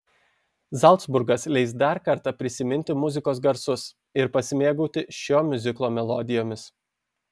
zalcburgas leis dar kartą prisiminti muzikos garsus ir pasimėgauti šio miuziklo melodijomis